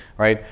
right?